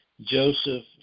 Joseph